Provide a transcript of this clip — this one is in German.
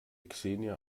xenia